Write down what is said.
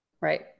right